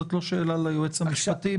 זאת לא שאלה ליועץ המשפטי.